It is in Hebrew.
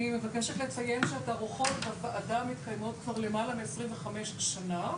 אני מבקשת לציין שהתערוכות מתקיימות כבר למעלה מ-25 שנה,